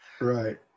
Right